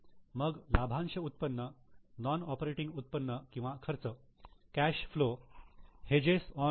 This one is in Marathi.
मग लाभांश उत्पन्न नॉन ऑपरेटिंग उत्पन्न किंवा खर्च कॅश फ्लो हेजेस ओन ओ